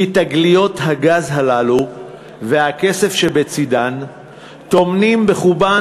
כי תגליות הגז הללו והכסף שבצדן טומנים בחובם